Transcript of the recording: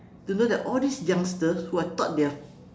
to know that all these youngsters who I thought they're